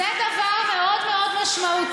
חוץ מהסנקציה, זה דבר מאוד מאוד משמעותי.